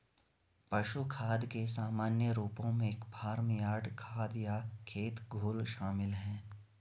पशु खाद के सामान्य रूपों में फार्म यार्ड खाद या खेत घोल शामिल हैं